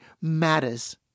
matters